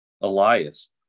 Elias